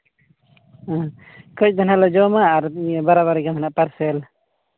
ᱠᱟᱹᱡ ᱫᱚ ᱦᱟᱸᱜ ᱞᱮ ᱡᱚᱢᱟ ᱟᱨ ᱵᱟᱨᱚ ᱡᱚᱱ ᱦᱚᱲᱟᱜ ᱫᱚ ᱯᱟᱨᱥᱮᱞ